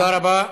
תודה רבה.